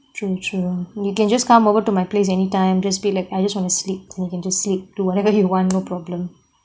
true true you can just come over to my place anytime just be like I just want to sleep then you can just sleep do whatever you want no problem